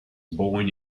born